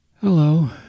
Hello